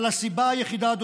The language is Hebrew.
אבל הסיבה היחידה,